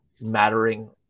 mattering